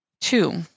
Two